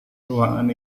ruangan